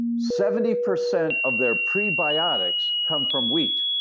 seventy percent of their prebiotics come from wheat.